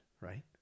right